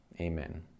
Amen